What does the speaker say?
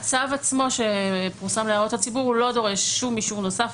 הצו עצמו שפורסם להערות הציבור לא דורש שום אישור נוסף,